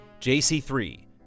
JC3